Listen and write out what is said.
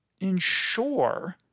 ensure